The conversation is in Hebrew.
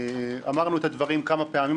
אמרנו את הדברים כמה פעמים,